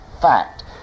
fact